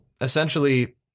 essentially